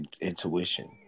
intuition